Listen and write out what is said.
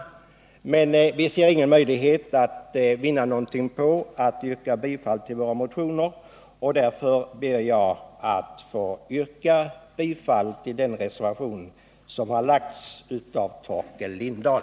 Men vi ser ingen möjlighet att vinna någonting på att yrka bifall till vår motion, och därför ber jag att få yrka bifall till den reservation som avgivits av Torkel Lindahl.